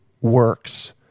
works